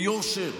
ביושר,